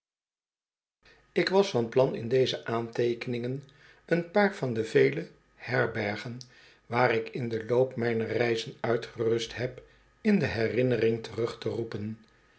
ik was van plan in deze aanteekeningen een paar van de vele herbergen waar ik in den loop mijner reizen uitgerust heb in de herinnering terug te roepen